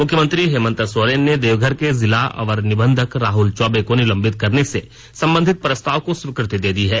मुख्यमंत्री हेमंत सोरेन ने देवघर के जिला अवर निबंधक राहल चौबे को निलंबित करने से संबंधित प्रस्ताव को स्वीकृति दे दी है